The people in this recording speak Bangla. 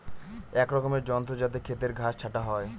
এক রকমের যন্ত্র যাতে খেতের ঘাস ছাটা হয়